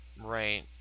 Right